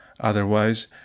Otherwise